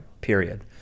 period